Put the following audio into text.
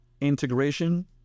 integration